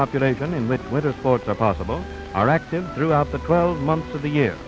population and wet weather sports are possible are active throughout the twelve months of the year